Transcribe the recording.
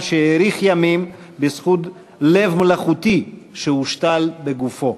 שהאריך ימים בזכות לב מלאכותי שהושתל בגופו,